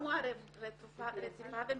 טראומה רציפה ומתמשכת,